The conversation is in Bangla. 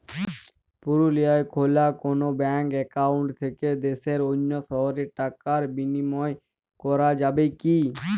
পুরুলিয়ায় খোলা কোনো ব্যাঙ্ক অ্যাকাউন্ট থেকে দেশের অন্য শহরে টাকার বিনিময় করা যাবে কি?